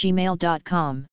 Gmail.com